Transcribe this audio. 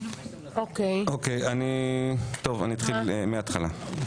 טוב, אני אתחיל מהתחלה.